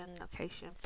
location